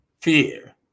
Fear